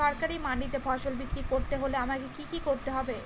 সরকারি মান্ডিতে ফসল বিক্রি করতে হলে আমাকে কি কি করতে হবে?